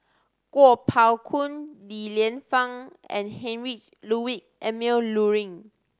Kuo Pao Kun Li Lienfung and Heinrich Ludwig Emil Luering